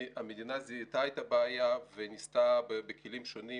המדינה זיהתה את הבעיה וניסתה בכלים שונים